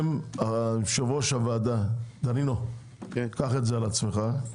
יושב-ראש הוועדה, דנינו, קח את זה על עצמך.